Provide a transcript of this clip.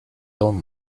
own